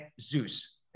Zeus